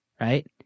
right